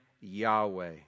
Yahweh